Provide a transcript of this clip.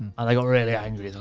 and they got really angry. they